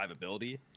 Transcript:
survivability